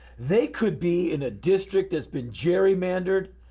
they could be in a district that's been gerrymandered,